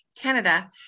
Canada